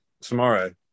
tomorrow